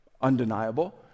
Undeniable